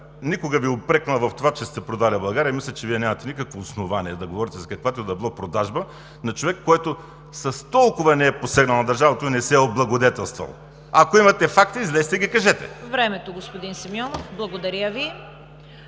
никога не бих Ви упрекнал в това, че сте продали България. Мисля, че Вие нямате никакво основание да говорите за каквато и да било продажба от човек, който с толкова не е посегнал на държавата и не се е облагодетелствал. Ако имате факти, излезте и ги кажете. ПРЕДСЕДАТЕЛ ЦВЕТА КАРАЯНЧЕВА: Времето, господин Симеонов. Благодаря Ви.